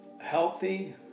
Healthy